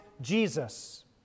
Jesus